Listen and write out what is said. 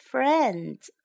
Friends